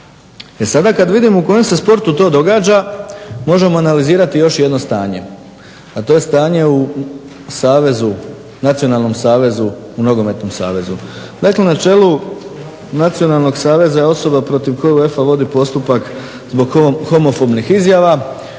E sada kad vidimo u kojem se sportu to događa možemo analizirati još jedno stanje, a to je stanje u savezu, u Nacionalnom savezu, u Nogometnom savezu. Dakle, na čelu Nacionalnog saveza je osoba protiv koga UEFA vodi postupak zbog homofobnih izjava.